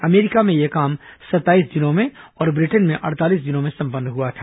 अमरीका में यह काम सत्ताईस दिनों में और ब्रिटेन में अड़तालीस दिनों में सम्पन्न हुआ था